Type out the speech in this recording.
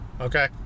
Okay